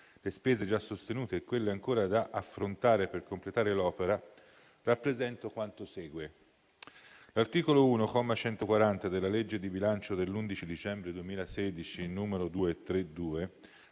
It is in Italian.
le spese già sostenute e quelle ancora da affrontare per completare l'opera, rappresento quanto segue. L'articolo 1, comma 140, della legge di bilancio dell'11 dicembre 2016, n. 232,